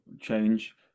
change